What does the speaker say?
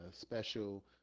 special